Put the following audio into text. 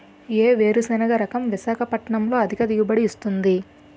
ఏ వేరుసెనగ రకం విశాఖపట్నం లో అధిక దిగుబడి ఇస్తుంది?